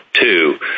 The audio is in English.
Two